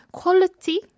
quality